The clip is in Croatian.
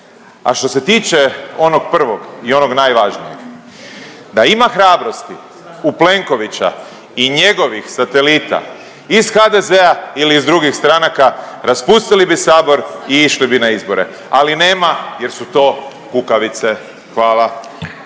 A što se tiče onog prvog i onog najvažnijeg, da ima hrabrosti u Plenkovića i njegovih satelita iz HDZ-a ili iz drugih stranaka raspustili bi sabor i išli bi na izbore, ali nema jer su to kukavice, hvala.